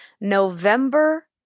November